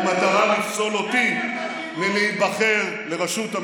בושה איך שאתה מדבר.